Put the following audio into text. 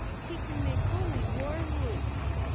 he can make bully war-whoops,